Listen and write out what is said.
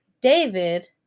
David